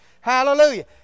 Hallelujah